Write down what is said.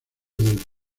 del